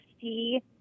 see